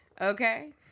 Okay